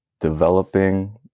developing